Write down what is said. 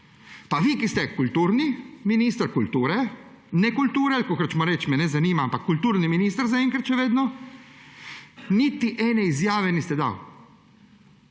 Pa vi, ki ste kulturni minister kulture – nekulture kakor hočemo reči, me ne zanima, ampak kulturni minister zaenkrat še vedno – niti ene izjave niste dali.